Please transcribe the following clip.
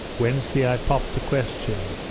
wednesday i popped the question,